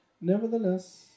nevertheless